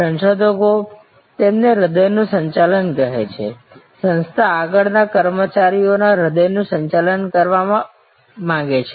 સંશોધકો તેને હૃદયનું સંચાલન કહે છે સંસ્થા આગળ ના કર્મચારીઓના હૃદયનું સંચાલન કરવા માંગે છે